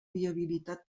viabilitat